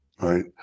right